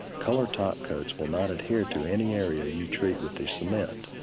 colored top coats will not adhere to any area you treat with a cement.